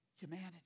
humanity